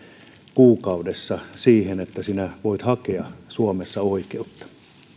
kuukaudessa siitä että voit hakea suomessa oikeutta